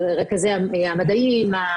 רכזי המדעים,